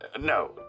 No